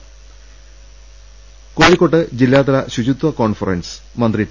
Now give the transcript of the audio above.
രദേഷ്ടെടു കോഴിക്കോട്ട് ജില്ലാതല ശുചിത്വ കോൺഫറൻസ് മന്ത്രി ടി